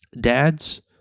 Dads